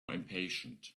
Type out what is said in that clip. impatient